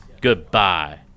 Goodbye